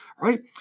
right